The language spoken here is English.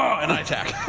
and i attack.